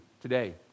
today